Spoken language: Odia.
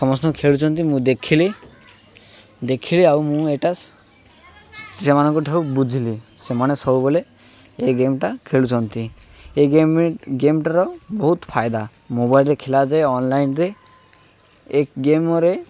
ସମସ୍ତଙ୍କୁ ଖେଳୁଛନ୍ତି ମୁଁ ଦେଖିଲି ଦେଖିଲି ଆଉ ମୁଁ ଏଇଟା ସେମାନଙ୍କ ଠାରୁ ବୁଝିଲି ସେମାନେ ସବୁବେଳେ ଏ ଗେମ୍ଟା ଖେଳୁଛନ୍ତି ଏ ଗେମ୍ ଗେମ୍ଟାର ବହୁତ ଫାଇଦା ମୋବାଇଲ୍ରେ ଖେଳାଯାଏ ଅନଲାଇନ୍ରେ ଏ ଗେମ୍ରେ